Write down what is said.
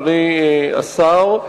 אדוני השר,